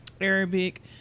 Arabic